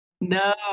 No